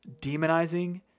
demonizing